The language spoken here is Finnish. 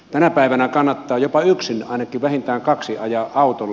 tänä päivänä kannattaa jopa yksin ainakin vähintään kaksin ajaa autolla